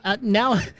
now